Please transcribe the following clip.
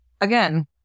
Again